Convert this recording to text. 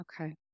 Okay